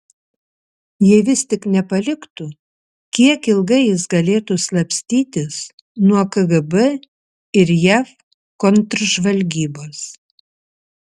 jei vis tik nepaliktų kiek ilgai jis galėtų slapstytis nuo kgb ir jav kontržvalgybos